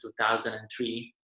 2003